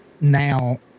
now